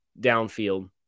downfield